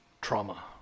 trauma